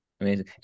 Amazing